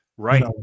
right